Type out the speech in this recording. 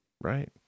Right